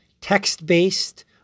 text-based